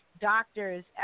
doctors